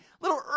little